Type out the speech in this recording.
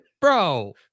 bro